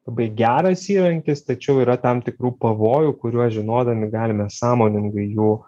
labai geras įrankis tačiau yra tam tikrų pavojų kuriuos žinodami galime sąmoningai jų